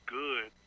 good